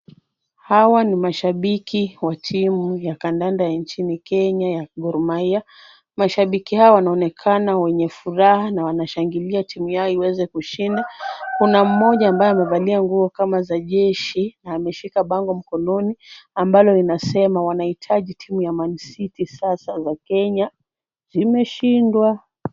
Hawa ni mashabiki wa timu ya kandanda nchini Kenya ya Gor Mahia. Mashabiki hawa wanaonekana wenye furaha na wanashangilia timu yao iweze kushinda. Kuna mmoja ambaye amevalia nguo kama za jeshi ameshika bango mkononi ambalo linasema wanahitaji timu ya Man city sasa za Kenya zimeshindwa.